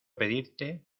pedirte